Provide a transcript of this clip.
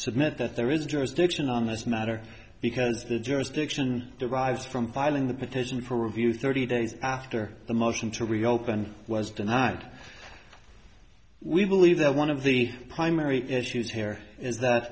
submit that there is jurisdiction on this matter because the jurisdiction derives from filing the petition for review thirty days after the motion to reopen was denied we believe that one of the primary issues here is that